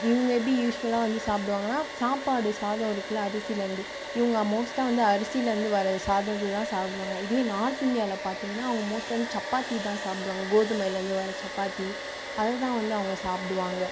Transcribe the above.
இவங்க எப்படி யூஷுவலா வந்து சாப்பிடுவாங்கன்னா சாப்பாடு சாதம் இருக்குதுல்ல அரிசிலேருந்து இவங்க மோஸ்ட்டாக வந்து அரிசிலேருந்து வர சாதத்தை தான் சாப்பிடுவாங்க இதுவே நார்த் இந்தியாவில் பார்த்தீங்கன்னா அவங்க மோஸ்ட்டாகவே சப்பாத்தி தான் சாப்பிடுவாங்க கோதுமைலேருந்து வர சப்பாத்தி அதை தான் வந்து அவங்க சாப்பிடுவாங்க